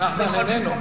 נחמן איננו.